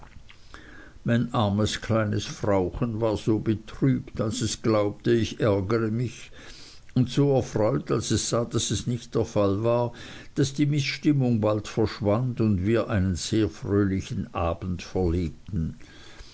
mein armes kleines frauchen war so betrübt als es glaubte ich ärgere mich und so erfreut als es sah daß es nicht der fall war daß die mißstimmung bald verschwand und wir einen sehr fröhlichen abend verlebten